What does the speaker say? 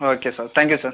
okay sir thank you sir